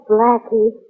Blackie